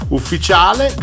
ufficiale